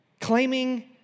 claiming